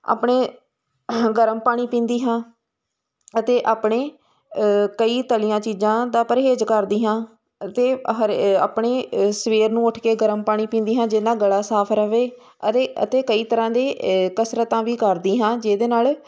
ਆਪਣਾ ਗਰਮ ਪਾਣੀ ਪੀਂਦੀ ਹਾਂ ਅਤੇ ਆਪਣੇ ਕਈ ਤਲੀਆਂ ਚੀਜ਼ਾਂ ਦਾ ਪਰਹੇਜ਼ ਕਰਦੀ ਹਾਂ ਅਤੇ ਹਰੇ ਆਪਣਾ ਸਵੇਰ ਨੂੰ ਉੱਠ ਕੇ ਗਰਮ ਪਾਣੀ ਪੀਂਦੀ ਹਾਂ ਜਿਹਦੇ ਨਾਲ ਗਲਾ ਸਾਫ ਰਹੇ ਅਤੇ ਅਤੇ ਕਈ ਤਰ੍ਹਾਂ ਦੀਆਂ ਕਸਰਤਾਂ ਵੀ ਕਰਦੀਆਂ ਹਾਂ ਜਿਹਦੇ ਨਾਲ